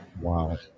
Wow